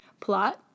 Plot